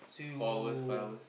four hour five hours